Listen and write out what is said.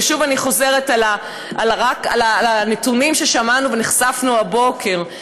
ושוב אני חוזרת על הנתונים ששמענו ונחשפנו אליהם הבוקר,